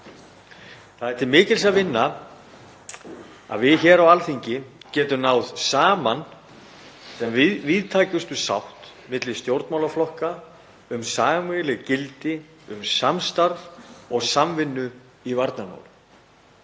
Það er til mikils að vinna að við hér á Alþingi getum náð saman um sem víðtækasta sátt milli stjórnmálaflokka um sameiginleg gildi og um samstarf og samvinnu í varnarmálum.